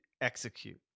execute